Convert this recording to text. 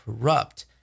corrupt